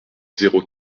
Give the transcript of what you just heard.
zéro